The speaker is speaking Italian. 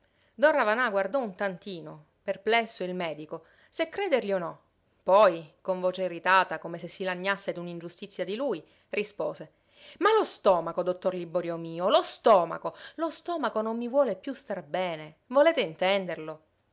ravanà guardò un tantino perplesso il medico se credergli o no poi con voce irritata come se si lagnasse d'un ingiustizia di lui rispose ma lo stomaco dottor liborio mio lo stomaco lo stomaco non mi vuole piú star bene volete intenderlo